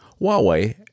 Huawei